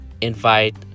invite